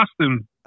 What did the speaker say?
Austin